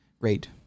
great